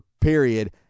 period